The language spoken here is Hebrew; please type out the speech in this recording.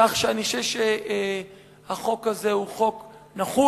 כך שאני חושב שהחוק הזה הוא חוק נחוץ.